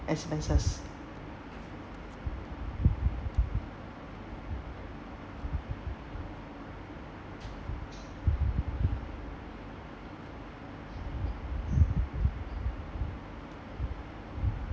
expenses